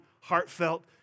heartfelt